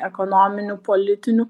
ekonominių politinių